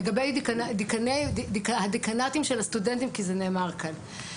לגבי הדיקנאטים של הסטודנטים כי זה נאמר כאן.